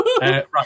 Right